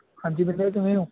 ਹਾਂਜੀ ਬਲਦੇਵ ਕਿਵੇਂ ਹੋ